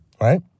right